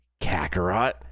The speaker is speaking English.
Kakarot